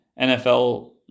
NFL